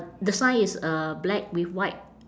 the sign is uh black with white